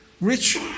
rich